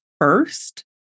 first